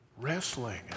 wrestling